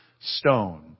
stone